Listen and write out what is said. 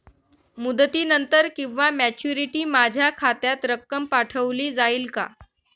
मुदतीनंतर किंवा मॅच्युरिटी माझ्या खात्यात रक्कम पाठवली जाईल का?